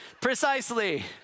Precisely